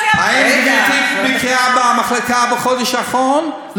האם גברתי ביקרה במחלקה בחודש האחרון?